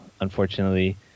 unfortunately